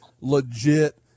legit